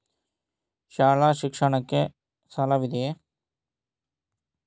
ಶಾಲಾ ಶಿಕ್ಷಣಕ್ಕೆ ಸಾಲವಿದೆಯೇ?